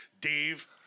Dave